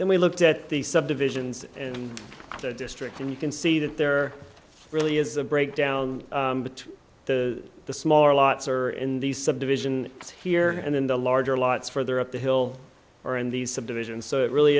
then we looked at the subdivisions and the district and you can see that there really is a breakdown between the the smaller lots are in the subdivision here and in the larger lots further up the hill or in these subdivisions so it really